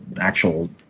actual